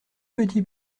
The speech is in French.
petit